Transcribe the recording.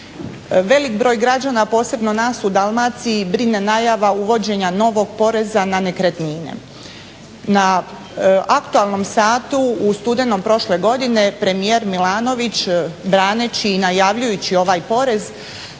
Velik broj građana, posebno nas u Dalmaciji brine najava uvođenja novog poreza na nekretnine. Na aktualnom satu u studenom prošle godine premijer Milanović braneći i najavljujući ovaj porez